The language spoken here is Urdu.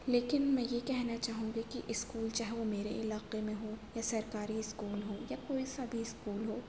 لیکن میں یہ کہنا چاہوں گی کہ اسکول چاہے وہ میرے علاقے میں ہوں یا سرکاری اسکول ہوں یا کوئی سا بھی اسکول ہو